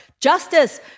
Justice